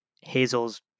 Hazel's